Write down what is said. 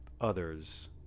others